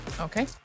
Okay